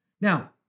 Now